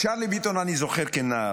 את צ'רלי ביטון אני זוכר כנער.